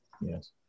Yes